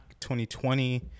2020